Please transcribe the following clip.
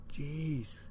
Jeez